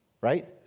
Right